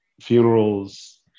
funerals